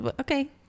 Okay